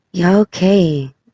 Okay